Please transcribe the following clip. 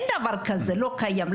לא קיים.